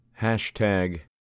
hashtag